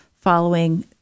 following